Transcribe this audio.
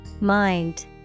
Mind